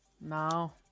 No